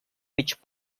mig